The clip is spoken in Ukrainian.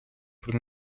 про